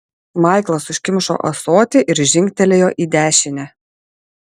maiklas užkimšo ąsotį ir žingtelėjo į dešinę